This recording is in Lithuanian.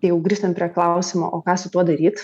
jau grįžtant prie klausimo o ką su tuo daryt